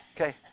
okay